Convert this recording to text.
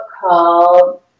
called